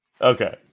Okay